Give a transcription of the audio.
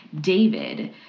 David